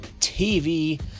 tv